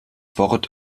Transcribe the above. wort